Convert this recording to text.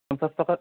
পঞ্চাছ টকা